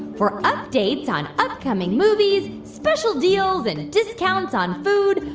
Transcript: for updates on upcoming movies, special deals and discounts on food,